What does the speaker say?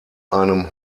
einem